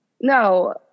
No